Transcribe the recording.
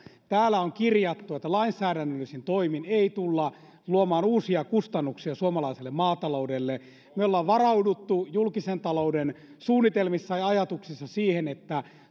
on kirjattu että lainsäädännöllisin toimin ei tulla luomaan uusia kustannuksia suomalaiselle maataloudelle me olemme varautuneet julkisen talouden suunnitelmissa ja ajatuksissa siihen että